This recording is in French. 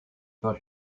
pas